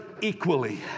equally